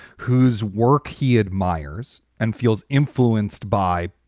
whose work he admires and feels influenced by,